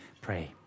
pray